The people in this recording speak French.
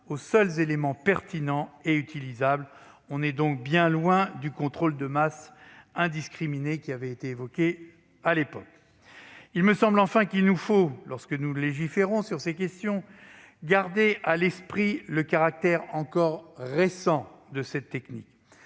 aux seuls éléments pertinents et utilisables. On est donc loin du contrôle de masse indiscriminé évoqué à l'époque. Il me semble, enfin, que, lorsque nous légiférons sur ces questions, il nous faut garder à l'esprit le caractère encore récent de cette technique.